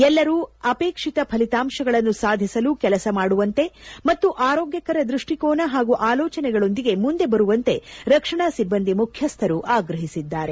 ಎಲ್ಲರೂ ಅಪೇಕ್ಷಿತ ಫಲಿತಾಂಶಗಳನ್ನು ಸಾಧಿಸಲು ಕೆಲಸ ಮಾಡುವಂತೆ ಮತ್ತು ಆರೋಗ್ಕಕರ ದೃಷ್ಟಿಕೋನ ಹಾಗೂ ಆಲೋಚನೆಗಳೊಂದಿಗೆ ಮುಂದೆ ಬರುವಂತೆ ರಕ್ಷಣಾ ಸಿಬ್ಲಂದಿ ಮುಖ್ಯಸ್ಥರು ಆಗ್ರಹಿಸಿದ್ದಾರೆ